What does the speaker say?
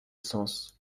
sens